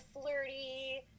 flirty